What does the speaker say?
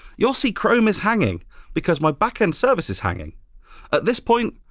you'll see chrome is hanging because my back end service is hanging. at this point,